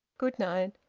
good night.